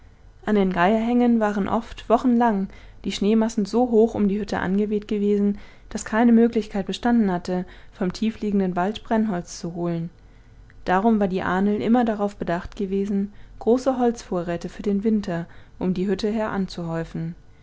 an den geierhängen waren oft wochenlang die schneemassen so hoch um die hütte angeweht gewesen daß keine möglichkeit bestanden hatte vom tiefliegenden wald brennholz zu holen darum war die ahnl immer darauf bedacht gewesen große holzvorräte für den winter um die hütte her